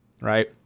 right